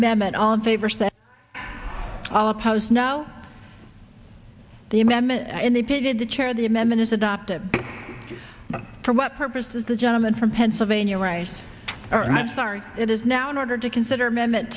amendment on favors that all oppose now the amendment and they did the chair the amendment is adopted for what purpose does the gentleman from pennsylvania right all right sorry it is now in order to consider ame